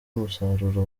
musaruro